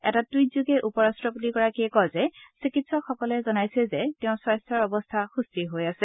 এটা টুইটত উপ ৰট্টপতিগৰাকীয়ে কয় যে চিকিৎসকসকলে জনাইছে যে তেওঁ স্বাস্থাৰ অৱস্থা সুস্থিৰ হৈ আছে